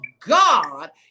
God